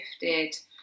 gifted